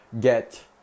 get